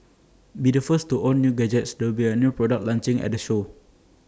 be the first to own new gadgets there will be A new products launching at the show